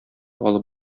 алып